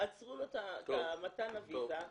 עצרו לו את מתן הוויזה,